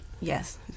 Yes